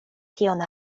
tion